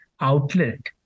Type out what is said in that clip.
outlet